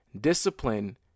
discipline